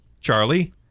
Charlie